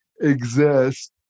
exist